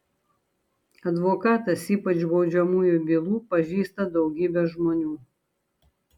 advokatas ypač baudžiamųjų bylų pažįsta daugybę žmonių